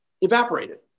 evaporated